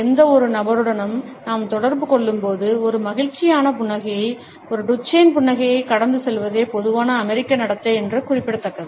எந்தவொரு நபருடனும் நாம் தொடர்பு கொள்ளும்போது ஒரு மகிழ்ச்சியான புன்னகையை ஒரு டுச்சேன் புன்னகையை கடந்து செல்வதே பொதுவான அமெரிக்க நடத்தை என்பது குறிப்பிடத்தக்கது